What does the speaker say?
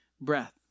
breath